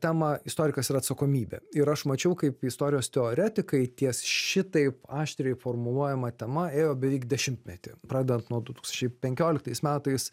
temą istorikas ir atsakomybė ir aš mačiau kaip istorijos teoretikai ties šitaip aštriai formuojama tema ėjo beveik dešimtmetį pradedant nuo du tūkstančiai penkioliktais metais